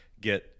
get